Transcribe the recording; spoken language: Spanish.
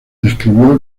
escribió